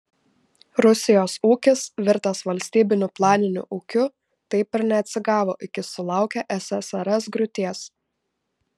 rusijos ūkis virtęs valstybiniu planiniu ūkiu taip ir neatsigavo iki sulaukė ssrs griūties